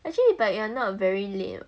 actually you but you are not very late [what]